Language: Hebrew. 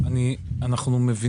אנחנו יודעים